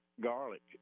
garlic